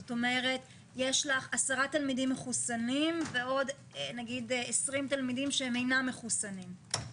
יש לך 10 תלמידים מחוסנים ועוד 20 תלמידים שאינם מחוסנים,